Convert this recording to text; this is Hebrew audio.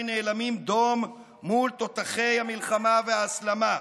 נאלמים דום מול תותחי המלחמה וההסלמה.